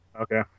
Okay